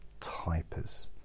typers